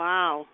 Wow